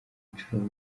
inshuro